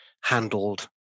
handled